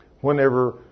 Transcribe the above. whenever